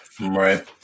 Right